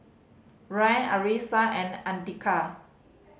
Ryan Arissa and Andika